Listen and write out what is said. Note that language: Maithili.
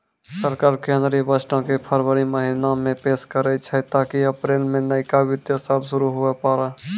सरकार केंद्रीय बजटो के फरवरी महीना मे पेश करै छै ताकि अप्रैल मे नयका वित्तीय साल शुरू हुये पाड़ै